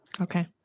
Okay